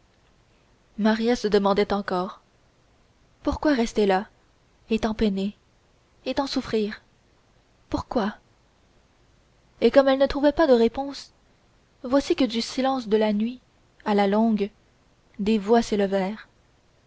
maria se demandait encore pourquoi rester là et tant peiner et tant souffrir pourquoi et comme elle ne trouvait pas de réponse voici que du silence de la nuit à la longue des voix s'élevèrent